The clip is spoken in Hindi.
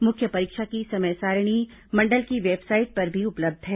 मुख्य परीक्षा की समय सारिणी मंडल की वेबसाइट पर भी उपलब्ध है